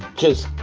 just